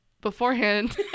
Beforehand